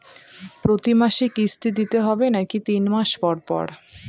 প্রতিমাসে কিস্তি দিতে হবে নাকি তিন মাস পর পর?